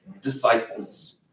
disciples